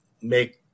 make